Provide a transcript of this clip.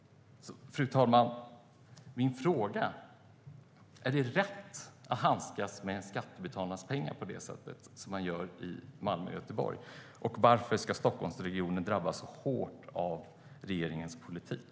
Fru talman! Är det rätt att handskas med skattebetalarnas pengar på det sätt som man gör i Malmö och Göteborg? Varför ska Stockholmsregionen drabbas hårt av regeringens politik?